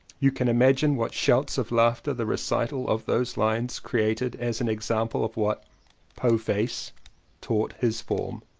you can imagine what shouts of laughter the recital of those lines created as an example of what to face taught his form.